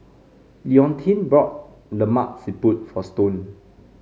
Leontine bought Lemak Siput for Stone